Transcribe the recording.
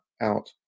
out